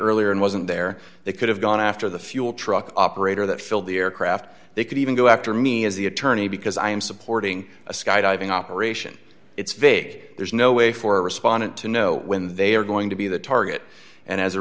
earlier and wasn't there they could have gone after the fuel truck operator that filled the aircraft they could even go after me as the attorney because i'm supporting a skydiving operation it's vague there's no way for respondent to know when they are going to be the target and as a